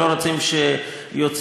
אנחנו לא רוצים שיפלטו את זה לאוויר,